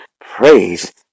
Praise